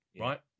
right